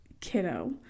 kiddo